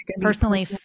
personally –